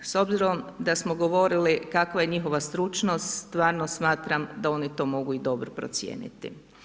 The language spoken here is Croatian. S obzirom da smo govorili kakva je njihova stručnost stvarno smatram da oni to mogu i dobro procijeniti.